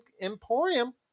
Emporium